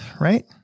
right